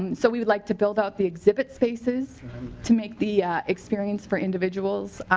and so we would like to build out the exhibit spaces to make the experience for individuals.